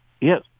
Yes